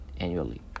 annually